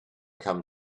come